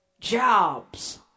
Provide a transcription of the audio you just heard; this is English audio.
jobs